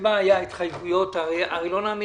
שבה היו התחייבויות שלא מומשו.